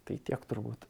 tai tiek turbūt